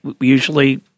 usually